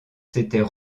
s’étaient